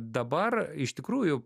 dabar iš tikrųjų